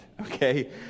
okay